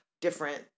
different